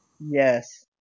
Yes